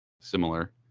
similar